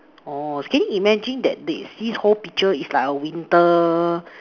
oh can you imagine that this this whole picture is like a winter